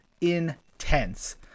intense